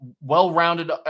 well-rounded